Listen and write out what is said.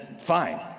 fine